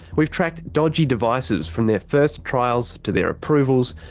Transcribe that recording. we've tracked dodgy devices from their first trials to their approvals,